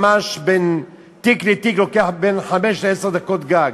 ממש בין תיק לתיק לוקח בין חמש לעשר דקות גג.